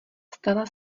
stala